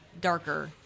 darker